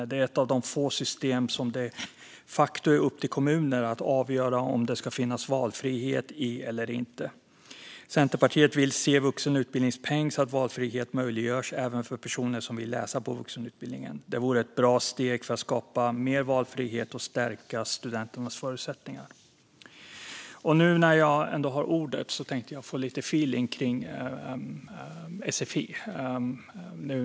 Det är ett av få system där det de facto är upp till kommunen att avgöra om det ska finnas valfrihet eller inte. Centerpartiet vill se en vuxenutbildningspeng så att valfrihet möjliggörs även för personer som vill läsa på vuxenutbildningen. Det vore ett bra steg för att skapa mer valfrihet och stärka studenternas förutsättningar. När jag ändå har ordet tänkte jag få lite feeling kring sfi.